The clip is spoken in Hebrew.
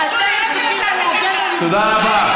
לא, תודה רבה.